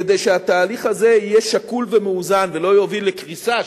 כדי שהתהליך הזה יהיה שקול ומאוזן ולא יוביל לקריסה,